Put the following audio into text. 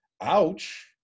ouch